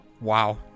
Wow